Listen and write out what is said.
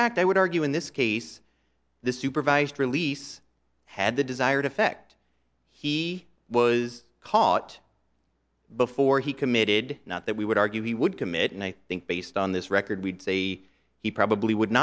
fact i would argue in this case the supervised release had the desired effect he was caught before he committed not that we would argue he would commit and i think based on this record we'd say he probably would